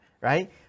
right